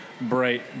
bright